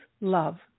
love